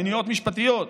תודה.